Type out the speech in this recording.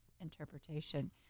interpretation